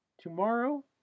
tomorrow